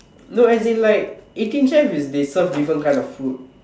no as in like eighteen chefs is they serve different type of food